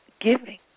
giving